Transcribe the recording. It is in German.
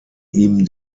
ihm